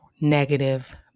negative